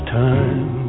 time